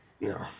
No